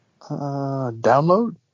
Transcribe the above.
Download